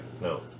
no